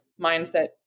mindset